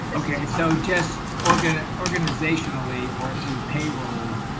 okay. so just organ organizationally or through payroll,